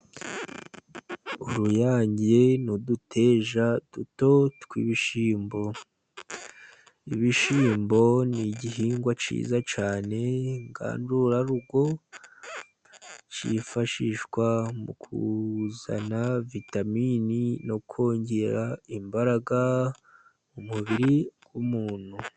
Uruyange n'uduteja duto tw'ibishyimbo. Ibishyimbo ni igihingwa cyiza cyane ngandurarugo cyifashishwa mu kuzana vitamine, no kongera imbaraga mu mubiri w'umuntu.